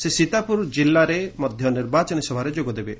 ସେ ସୀତାପୁର ଜିଲ୍ଲାରେ ମଧ୍ୟ ନିର୍ବାଚନୀ ସଭାରେ ଯୋଗଦେବେ